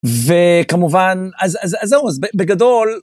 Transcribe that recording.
וכמובן אז אז אז זהו, אז בגדול,